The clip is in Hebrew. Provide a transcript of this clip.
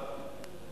לא.